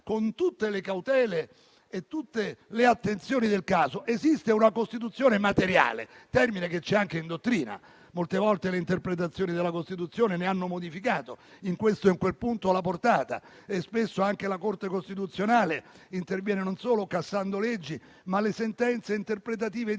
con tutte le cautele e le attenzioni del caso, esiste una Costituzione materiale, termine che esiste anche in dottrina. Molte volte, le interpretazioni della Costituzione ne hanno modificato la portata in questo o in quel punto e spesso anche la Corte costituzionale interviene, non solo cassando leggi, ma con sentenze interpretative